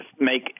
make